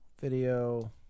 Video